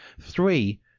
three